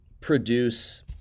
produce